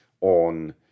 on